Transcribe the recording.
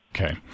Okay